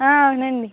అవునండి